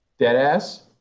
Deadass